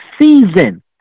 season